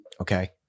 Okay